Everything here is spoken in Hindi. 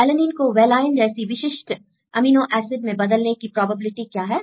एलेनीन को वेलाइन जैसी विशिष्ट अमीनो एसिड मैं बदलने की प्रोबेबिलिटी क्या है